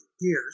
years